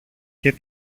και